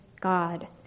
God